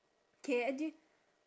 K any